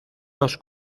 los